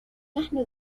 نحن